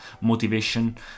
motivation